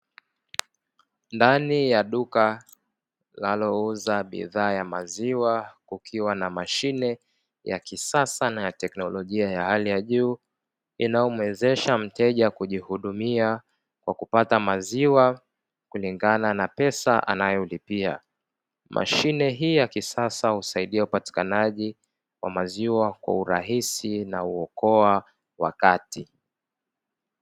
Ndani ya duka linalouza bidhaa ya maziwa, kukiwa na mashine ya kisasa na ya kiteknolojia ya hali ya juu inayomwezesha mteja kujihudumia kwa kupata maziwa kulingana na pesa anayolipia. Mashine hii ya kisasa husaidia upatikanaji wa maziwa kwa urahisi na huokoa wakati.